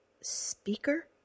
speaker